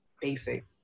basic